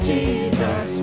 Jesus